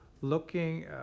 looking